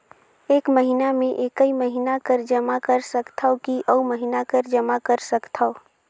एक महीना मे एकई महीना कर जमा कर सकथव कि अउ महीना कर जमा कर सकथव?